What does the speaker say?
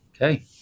Okay